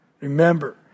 remember